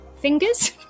fingers